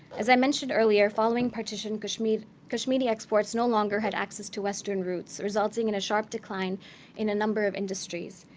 as i mentioned earlier, following partition, kashmiri kashmiri exports no longer had access to western routes, resulting in a sharp decline in a number of industries.